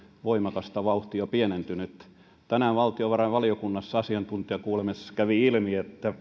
voimakasta vauhtia pienentynyt tänään valtiovarainvaliokunnassa asiantuntijakuulemisessa kävi ilmi että